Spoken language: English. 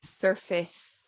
surface